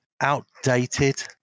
outdated